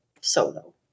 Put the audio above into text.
solo